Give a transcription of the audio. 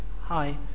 Hi